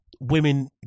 women